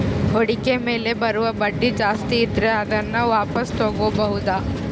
ಹೂಡಿಕೆ ಮೇಲೆ ಬರುವ ಬಡ್ಡಿ ಜಾಸ್ತಿ ಇದ್ರೆ ಅದನ್ನ ವಾಪಾಸ್ ತೊಗೋಬಾಹುದು